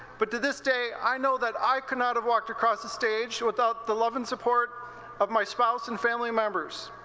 but to this day i know that i could not have walked air cross the stage without the lover and support of my spouse and family members.